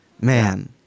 Man